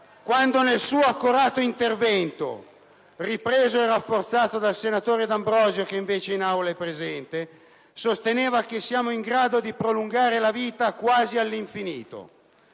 quando, nel suo accorato intervento, ripreso e rafforzato dal senatore D'Ambrosio, che invece è presente in Aula, sosteneva che siamo in grado di prolungare la vita quasi all'infinito.